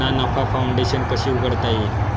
ना नफा फाउंडेशन कशी उघडता येईल?